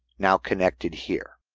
now connected here.